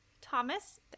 thomas